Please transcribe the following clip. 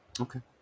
Okay